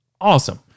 awesome